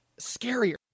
scarier